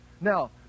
Now